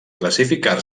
classificar